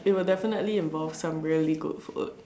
it will definitely involve some really good food